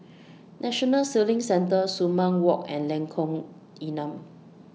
National Sailing Centre Sumang Walk and Lengkong Enam